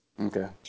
Okay